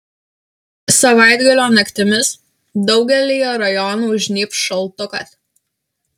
savaitgalio naktimis daugelyje rajonų žnybs šaltukas